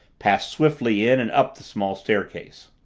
passed swiftly in and up the small staircase.